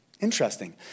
Interesting